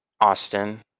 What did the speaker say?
Austin